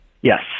Yes